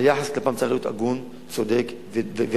היחס כלפיהם צריך להיות הגון, צודק וראוי.